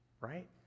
Right